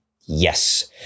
Yes